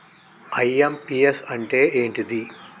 IMPS అంటే ఏంటిది?